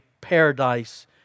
paradise